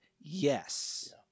Yes